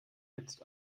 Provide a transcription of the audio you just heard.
jetzt